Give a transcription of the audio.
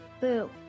Boo